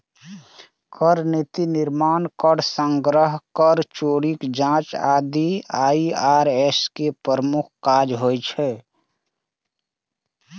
कर नीतिक निर्माण, कर संग्रह, कर चोरीक जांच आदि आई.आर.एस के प्रमुख काज होइ छै